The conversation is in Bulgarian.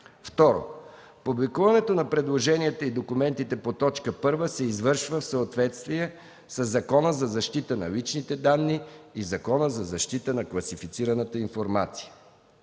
2. Публикуването на предложенията и документите по т. 1 се извършва в съответствие със Закона за защита на личните данни и Закона за защита на класифицираната информация.